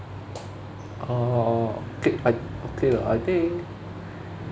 ah K I okay lah I think